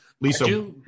Lisa